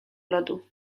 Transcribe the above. lodu